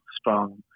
strong